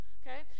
okay